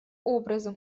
образом